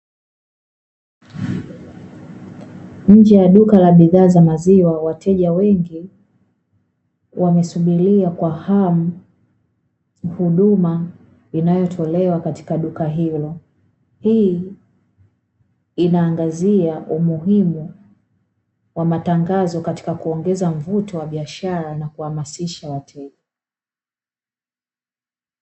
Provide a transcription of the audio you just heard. Nje ya duka la bidhaa za maziwa wateja wengi wamesubiria kwa hamu huduma inayotolewa katika duka hilo. Hii inaangazia umuhimu wa matangazo katika kuongeza mvuto wa biashara na kuhamasisha wateja.